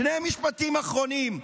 שני משפטים אחרונים: